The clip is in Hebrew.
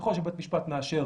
ככל שבית משפט מאשר